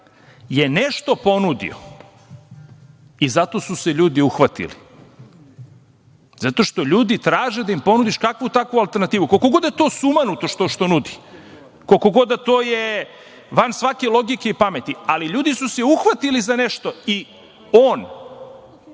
je nešto ponudio i za to su se ljudi uhvatili, zato što ljudi traže da im ponudiš kakvu takvu alternativu koliko god da je to sumanuto što nudi, koliko god da je to van svake logike i pameti, ali ljudi su se uhvatili za nešto i on